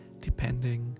Depending